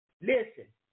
Listen